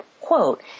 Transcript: quote